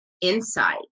insight